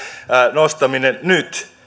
nostaminen nyt